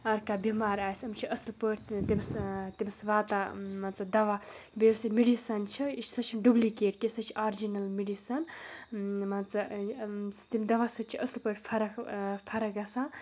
اگر کانٛہہ بِمار آسہِ أمِس چھِ أصٕل پٲٹھۍ تٔمِس تٔمِس واتان مان ژٕ دَوا بیٚیہِ یۄس یہِ میٚڈِسَن چھِ یہِ چھِ سُہ چھِنہٕ یِم ڈُبلِکیٹ کینٛہہ سۄ چھِ آرجِنَل میٚڈِسَن مان ژٕ تِم دَوا سۭتۍ چھِ أصٕل پٲٹھۍ فرق فرق گژھان